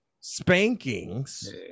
spankings